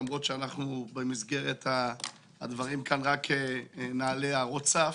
למרות שבמסגרת הדברים כאן נעלה רק הערות סף,